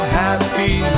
happy